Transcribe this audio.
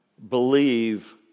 believe